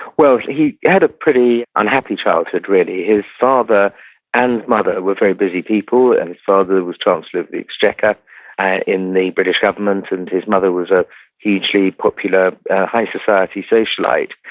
well, he had a pretty unhappy childhood, really. his father and mother were very busy people and his father was chancellor of the exchequer and in the british government and his mother was a hugely popular high society socialite.